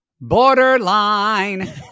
borderline